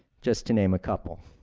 just to name a couple.